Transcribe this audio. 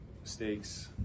mistakes